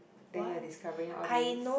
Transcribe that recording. then you're discovering all this